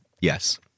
yes